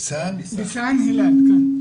הוא נשלח להציל חיים.